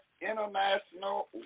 international